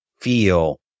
feel